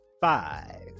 five